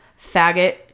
faggot